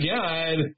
God